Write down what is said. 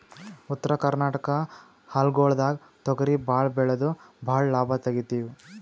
ಉತ್ತರ ಕರ್ನಾಟಕ ಹೊಲ್ಗೊಳ್ದಾಗ್ ತೊಗರಿ ಭಾಳ್ ಬೆಳೆದು ಭಾಳ್ ಲಾಭ ತೆಗಿತೀವಿ